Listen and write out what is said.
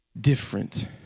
different